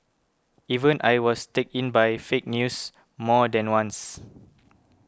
even I was taken in by fake news more than once